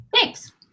thanks